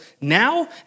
now